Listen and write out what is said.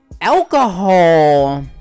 alcohol